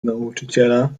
nauczyciela